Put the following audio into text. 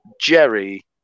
Jerry